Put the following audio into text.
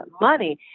money